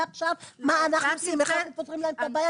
איך אתם פותרים להם את הבעיה?